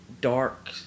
dark